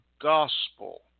gospel